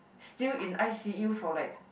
still in i_c_u for like